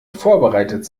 vorbereitet